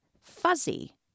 fuzzy